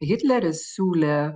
hitleris siūlė